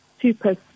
super